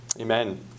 Amen